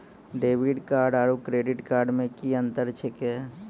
Debit card आरू credit card मे कि अन्तर छैक?